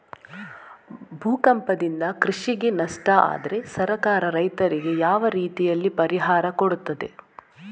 ಭೂಕಂಪದಿಂದ ಕೃಷಿಗೆ ನಷ್ಟ ಆದ್ರೆ ಸರ್ಕಾರ ರೈತರಿಗೆ ಯಾವ ರೀತಿಯಲ್ಲಿ ಪರಿಹಾರ ಕೊಡ್ತದೆ?